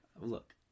Look